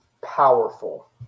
powerful